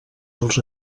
dels